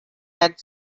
had